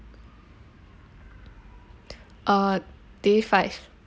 uh day five